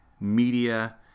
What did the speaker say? media